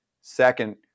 Second